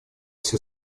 все